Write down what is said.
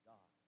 God